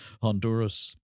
Honduras